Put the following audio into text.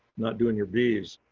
not doing your bees.